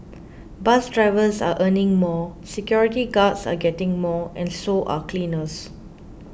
bus drivers are earning more security guards are getting more and so are cleaners